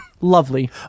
Lovely